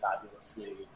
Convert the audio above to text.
fabulously